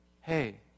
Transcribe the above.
Hey